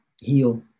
heal